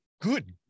Good